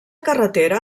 carretera